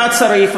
אתה צריך,